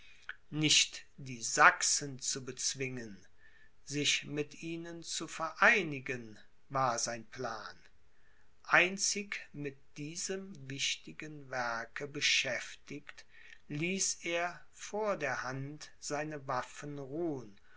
nicht die sachsen zu bezwingen sich mit ihnen zu vereinigen war sein plan einzig mit diesem wichtigen werke beschäftigt ließ er vor der hand seine waffen ruhn